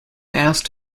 asked